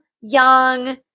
young